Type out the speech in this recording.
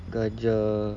gajah